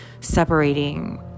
separating